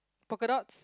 polka dots